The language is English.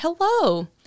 hello